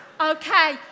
Okay